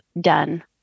done